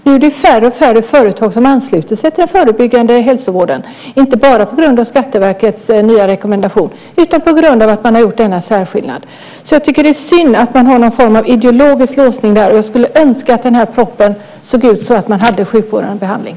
Nu blir det allt färre företag som ansluter sig till den förebyggande hälsovården och då inte bara på grund av Skatteverkets nya rekommendation utan också på grund av den särskillnad som gjorts. Jag tycker att det är synd att man har en form av ideologisk låsning där och skulle önska att propositionen också innehöll sjukvårdande behandling.